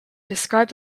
described